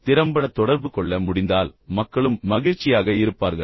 திறம்பட தொடர்பு கொள்ள முடிந்தால் மக்களும் மகிழ்ச்சியாக இருப்பார்கள்